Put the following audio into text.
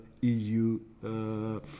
EU